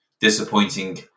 Disappointing